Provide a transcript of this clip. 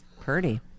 Purdy